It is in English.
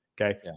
Okay